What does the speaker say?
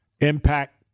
impact